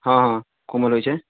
हँ हँ कोमल होइ छै